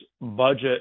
budget